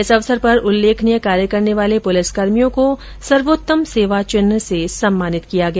इस अवसर पर उल्लेखनीय कार्य करने वाले पुलिसकर्मियों को सर्वोत्तम सेवा चिन्ह से सम्मानित किया गया